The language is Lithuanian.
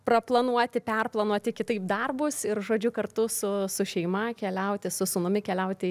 praplanuoti perplanuoti kitaip darbus ir žodžiu kartu su su šeima keliauti su sūnumi keliauti